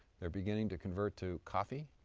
they're beginning to convert to coffee.